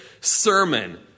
sermon